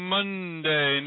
Monday